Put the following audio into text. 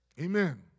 Amen